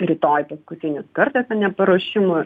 rytoj paskutinis kartą a ne paruošimu